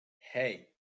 hey